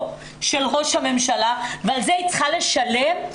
של ראש הממשלה ועל זה היא צריכה לשלם?